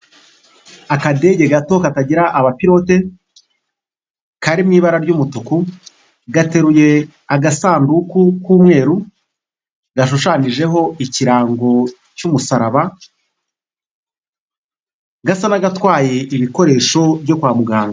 Akadege gato katagira abapirote kari mu ibara ry'umutuku gateruye agasanduku k'umweru gashushanyijeho ikirango cy'umusaraba gasa n'agatwaye ibikoresho byo kwa muganga.